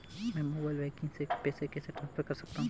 मैं mobile banking से पैसे कैसे ट्रांसफर कर सकता हूं?